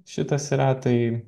šitas yra tai